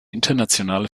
internationale